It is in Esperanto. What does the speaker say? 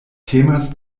temas